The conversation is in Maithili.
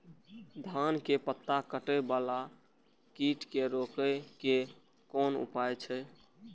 धान के पत्ता कटे वाला कीट के रोक के कोन उपाय होते?